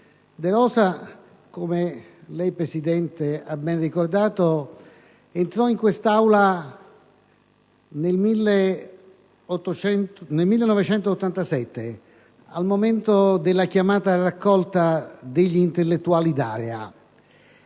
De Rosa, come il Presidente ha ben ricordato, entrò in quest'Aula nel 1987, al momento della chiamata a raccolta degli intellettuali d'area;